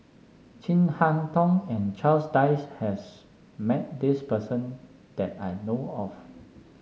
Chin Harn Tong and Charles Dyce has met this person that I know of